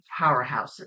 powerhouses